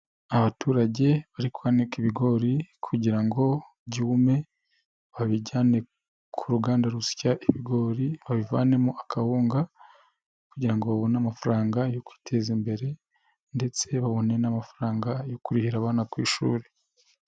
Abaturage bari kwanika ibigori kugira ngo byume babijyane ku ruganda rusya ibigori, babivanemo akawunga kugirango babone amafaranga yo guteza imbere ndetse babone n'amafaranga yo kurihera abana ku ishuri.